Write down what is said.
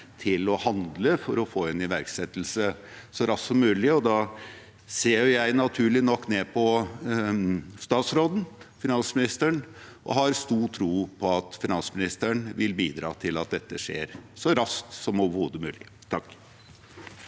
til å handle for å få en iverksettelse så raskt som mulig, og da ser jeg naturlig nok ned på finansministeren og har stor tro på at han vil bidra til at dette skjer så raskt som overhodet mulig. Ane